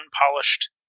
unpolished